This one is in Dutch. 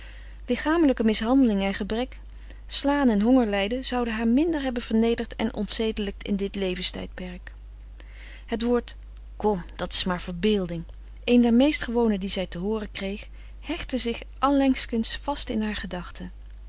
lichamelijke mishandeling en gebrek slaan en hongerlijden zouden haar minder hebben vernederd en ontzedelijkt in dit levenstijdperk het woord kom dat s maar verbeelding een der meest gewone die zij te hooren kreeg hechtte zich allengskens vast in haar gedachten